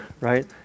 right